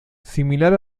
similar